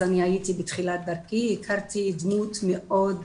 אני אז הייתי בתחילת דרכי, הכרתי דמות מאוד